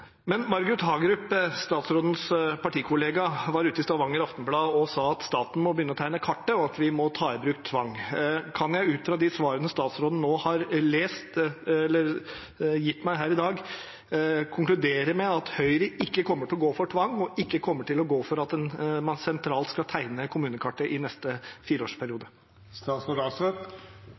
Hagerup, statsrådens partikollega, var ute i Stavanger Aftenblad og sa at staten må begynne å tegne kartet, og at vi må ta i bruk tvang. Kan jeg ut fra de svarene statsråden nå har gitt meg her i dag, konkludere med at Høyre ikke kommer til å gå for tvang, og ikke kommer til å gå for at en sentralt skal tegne kommunekartet i neste